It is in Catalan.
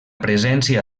presència